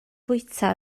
fwyta